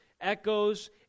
echoes